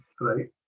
right